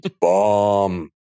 Bomb